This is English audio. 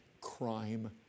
crime